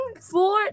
Four